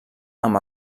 amb